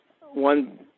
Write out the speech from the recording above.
one